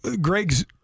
Greg's